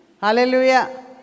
Hallelujah